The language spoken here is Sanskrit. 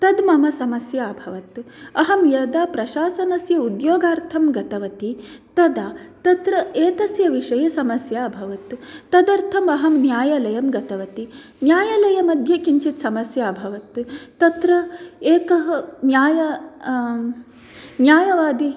तत् मम समस्या अभवत् अहं यदा प्रशासनस्य उद्योगार्थं गतवती तदा तत्र एतस्य विषये समस्या अभवत् तदर्थम् अहं न्यायालयं गतवती न्यायलयमध्ये किञ्चित् समस्या अभवत् तत्र एकः न्याय न्यायवादी